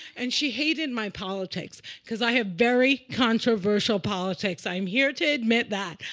and she hated my politics. because i have very controversial politics. i'm here to admit that.